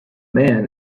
man